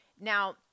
Now